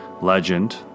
legend